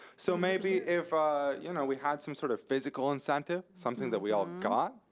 so maybe if you know we had some sort of physical incentive, something that we all got